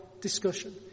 discussion